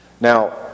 Now